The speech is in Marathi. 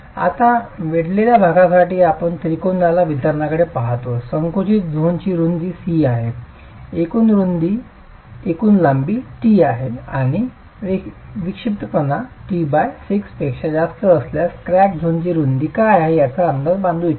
आता क्रॅक भागासाठी आपण त्रिकोणाल वितरणाकडे पाहतो संकुचित झोनची रूंदी c आहे एकूण लांबी t आहे आणि विक्षिप्तपणापणा t 6 पेक्षा जास्त असल्यास क्रॅक झोनची ही रुंदी काय आहे याचा अंदाज बांधू इच्छित आहोत